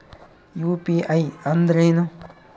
UPI ಅಂದ್ರೇನು?